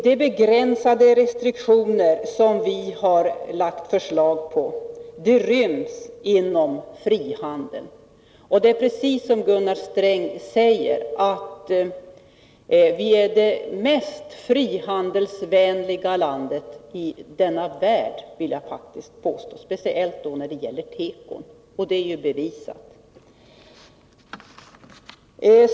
De begränsade restriktioner som vi har lagt fram förslag om ryms inom frihandeln. Det är precis så som Gunnar Sträng säger, att vi är det mest frihandelsvänliga landet i denna värld, speciellt när det gäller teko. Det vill jag faktiskt påstå, och det är bevisat.